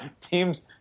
Teams